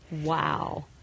Wow